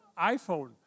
iPhone